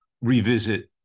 revisit